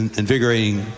invigorating